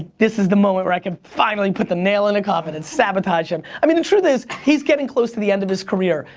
this is the moment where i can finally put the nail in the coffin and sabotage him. i mean, the truth is he's getting close to the end of his career.